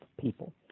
people